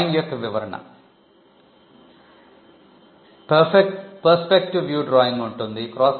ఇది డ్రాయింగ్ యొక్క వివరణ పెర్స్పెక్టివ్ వ్యూ డ్రాయింగ్ ఉంటుంది